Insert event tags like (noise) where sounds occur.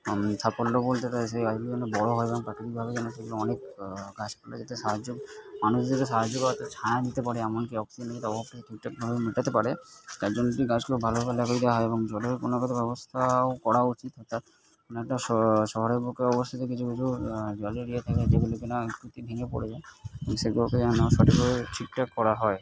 সাফল্য বলতে তাদের (unintelligible) সেই গাছগুলো বড়ো হয় এবং প্রাকৃতিকভাবে যেন সেগুলো অনেক গাছপালা যাতে সাহায্য মানুষ যাতে সাহায্য পায় তার ছায়া নিতে পারে এমনকি অক্সিজেনের অভাব ঠিকঠাকভাবে মেটাতে পারে তার জন্য যে গাছগুলো ভালোভাবে লাগিয়ে দেওয়া হয় এবং জলের (unintelligible) (unintelligible) ব্যবস্থাও করা উচিত অর্থাৎ কোন একটা শহর শহরের বুকে অবস্থিত কিছু কিছু জলের ইয়ে থাকে যেগুলি কিনা একটুতেই ভেঙে পড়ে যায় তো সেগুলোকে যেন সঠিকভাবে ঠিকঠাক করা হয়